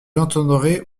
entendrez